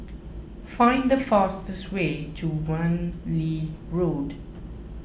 find the fastest way to Wan Lee Road